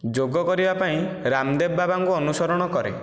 ଯୋଗ କରିବା ପାଇଁ ରାମଦେବ ବାବାଙ୍କୁ ଅନୁସରଣ କରେ